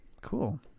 Cool